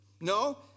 No